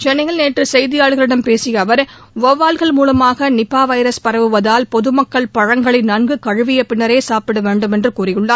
சென்னையில் நேற்று செய்தியாளர்களிடம் பேசிய அவர் வௌவால்கள் மூலமாக நிபா வைரஸ் பரவுவதால் பொதுமக்கள் பழங்களை நன்கு கழுவிய பின்னரே சாப்பிட வேண்டும் என்று கூறினார்